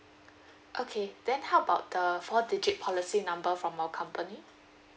okay then how about the four digit policy number from our company